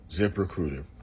ZipRecruiter